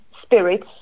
spirits